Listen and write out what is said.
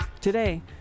Today